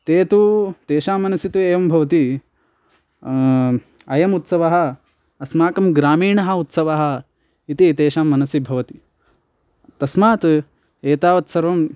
ते तु तेषां मनसि तु एवं भवति अयम् उत्सवः अस्माकं ग्रामीणः उत्सवः इति तेषां मनसि भवति तस्मात् एतावत् सर्वं